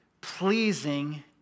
pleasing